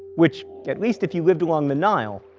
which, at least if you lived along the nile,